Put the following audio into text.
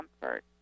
comfort